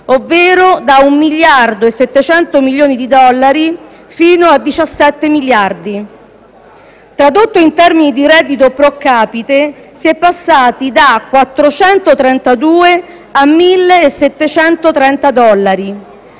ovvero da un miliardo e 700 milioni di dollari fino a 17 miliardi. Tradotto in termini di reddito *pro capite*, si è passati da 432 a 1.730 dollari.